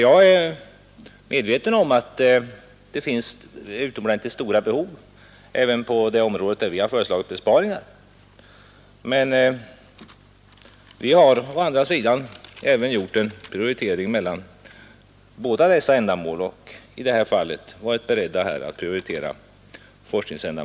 Jag är medveten om att det finns utomordentligt stora behov även på det område där vi föreslagit besparingar, men vi har å andra sidan även gjort en avvägning mellan båda dessa ändamål, och vi har i det här fallet varit beredda att prioritera forskningen.